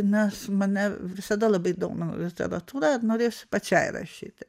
nes mane visada labai domino literatūra ir norėjosi pačiai rašyti